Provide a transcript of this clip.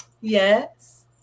Yes